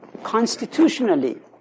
constitutionally